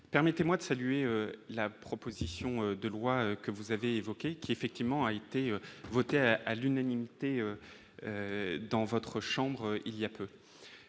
permettez-moi de saluer la proposition de loi que vous avez évoquée, qui a été effectivement adoptée à l'unanimité par votre chambre, il y a peu.